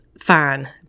Fine